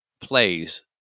plays